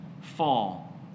fall